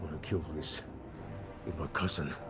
kill this with my cousin.